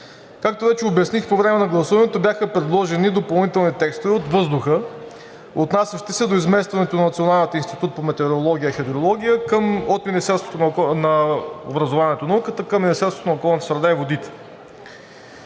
Както вече обясних, по време на гласуването бяха предложени допълнителни текстове от въздуха, отнасящи се до изместването на Националния институт по метеорология и хидрология от Министерството на образованието и науката към Министерството на околната среда и водите,